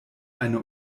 eine